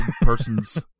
person's